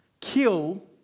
kill